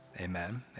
amen